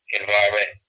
environment